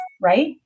right